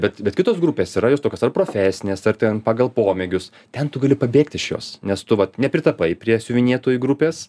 bet bet kitos grupės yra jos tokios ar profesinės ar ten pagal pomėgius ten tu gali pabėgti iš jos nes tu vat nepritapai prie siuvinėtojų grupės